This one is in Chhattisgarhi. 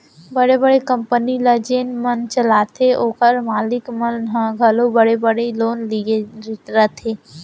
बड़े बड़े कंपनी ल जेन मन चलाथें ओकर मालिक मन ह घलौ बड़े बड़े लोन लिये रथें